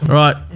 right